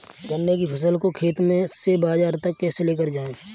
गन्ने की फसल को खेत से बाजार तक कैसे लेकर जाएँ?